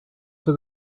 for